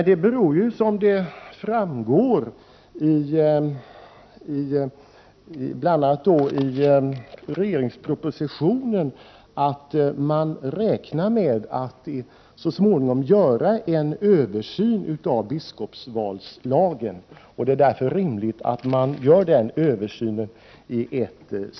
Det beror, som framgår av bl.a. regeringens proposition, på att man räknar med att så småningom göra en översyn av biskopsvalslagen. Det är därför rimligt att då göra en större översyn.